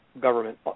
government